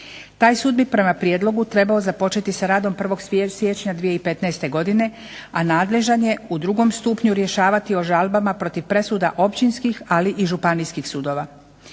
Taj sud bi prema prijedlogu trebao započeti sa radom 1. siječnja 2015. godine, a nadležan je u drugom stupnju rješavati o žalbama protiv presuda općinskih, ali i županijskih sudova.